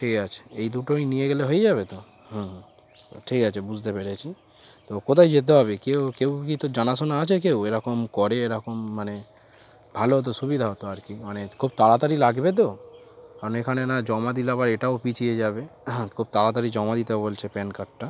ঠিক আছে এই দুটোই নিয়ে গেলে হয়ে যাবে তো হুম ঠিক আছে বুঝতে পেরেছি তো কোথায় যেতে হবে কেউ কেউ কি তো জানাশোনা আছে কেউ এরকম করে এরকম মানে ভালো হ তো সুবিধা হতো আর কি মানে খুব তাড়াতাড়ি লাগবে তো কারণ এখানে না জমা দিলে আবার এটাও পিছিয়ে যাবে হঁ খুব তাড়াতাড়ি জমা দিতে বলছে প্যান কার্ডটা